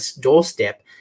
doorstep